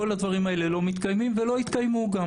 כל הדברים האלה לא מתקיימים ולא יתקיימו גם.